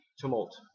tumult